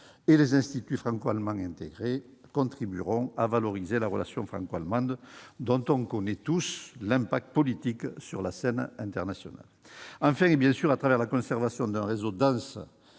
et les instituts franco-allemands intégrés contribueront à valoriser la relation franco-allemande, dont on connaît tous l'impact politique sur la scène internationale. Enfin, c'est bien sûr au travers de la conservation d'un réseau dense